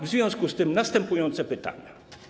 W związku z tym mam następujące pytania.